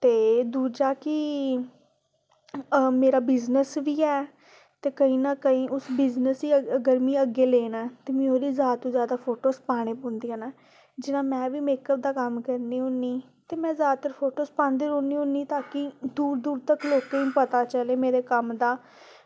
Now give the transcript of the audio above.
ते दूजा की मेरा बिज़नेस बी ऐ ते कुदै ना कुदै मिगी उस बिज़नेस गी अग्गें लैना ऐ ते मिगी जादै तों जादै फोटोज़ पाना पौंदियां न जि'यां में बी मेकअप दा कम्म करनी होनी ते में जादैतर फोटोज़ पांदी रौह्नी होनी की दूर दूर तक्क पता चलै लोकें ई मेरे कम्म दा